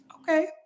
Okay